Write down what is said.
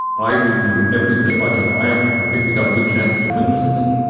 i will do everything i can. i am i think we've got a good chance to win this thing.